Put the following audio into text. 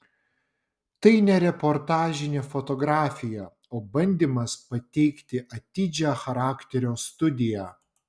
tai ne reportažinė fotografija o bandymas pateikti atidžią charakterio studiją